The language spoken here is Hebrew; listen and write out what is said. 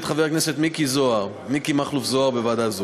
חבר הכנסת מכלוף מיקי זוהר בוועדה זו.